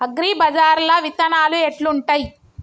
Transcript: అగ్రిబజార్ల విత్తనాలు ఎట్లుంటయ్?